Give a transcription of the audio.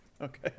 okay